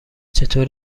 چطور